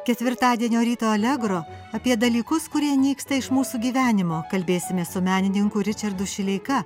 ketvirtadienio ryto allegro apie dalykus kurie nyksta iš mūsų gyvenimo kalbėsimės su menininku ričardu šileika